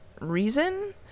reason